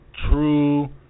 true